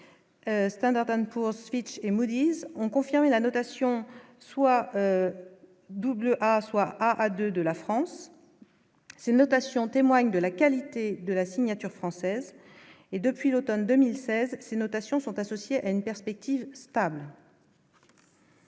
Standard dames poursuite et Moodys ont confirmé la notation soient double asseoir à de de la France, ces notations témoigne de la qualité de la signature française et, depuis l'Automne 2016 ces notations sont associés à une perspective stable.